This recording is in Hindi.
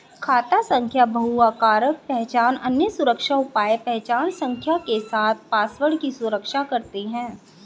खाता संख्या बहुकारक पहचान, अन्य सुरक्षा उपाय पहचान संख्या के साथ पासवर्ड की सुरक्षा करते हैं